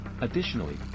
Additionally